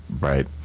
Right